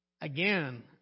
Again